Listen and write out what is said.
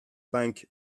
bank